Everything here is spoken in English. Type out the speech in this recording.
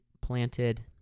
planted